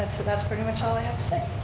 that's and that's pretty much all i have to say.